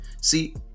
See